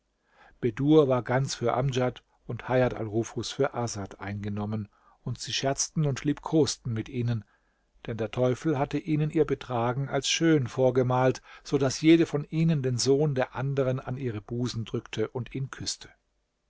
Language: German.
war ganz für amdjad und hajat al nufus für asad eingenommen und sie scherzten und liebkosten mit ihnen denn der teufel hatte ihnen ihr betragen als schön vorgemalt so daß jede von ihnen den sohn der anderen an ihre busen drückte und ihn küßte